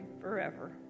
forever